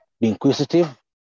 inquisitive